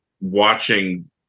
watching